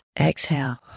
exhale